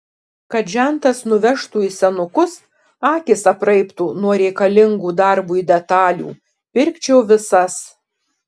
kad žentas nuvežtų į senukus akys apraibtų nuo reikalingų darbui detalių pirkčiau visas